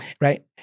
Right